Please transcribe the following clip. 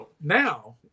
now